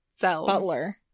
butler